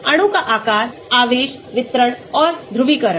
अणु का आकार आवेश वितरण और ध्रुवीकरण